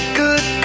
good